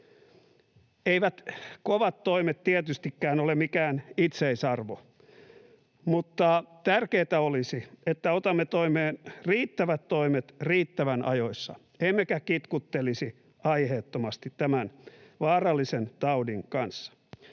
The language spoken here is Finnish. Eivät kovat toimet tietystikään ole mikään itseisarvo, mutta tärkeintä olisi, että otamme riittävät toimet riittävän ajoissa emmekä kitkuttelisi aiheettomasti tämän vaarallisen taudin kanssa.